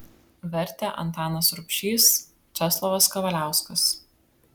vertė antanas rubšys česlovas kavaliauskas